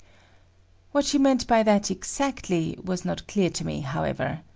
what she meant by that exactly, was not clear to me, however.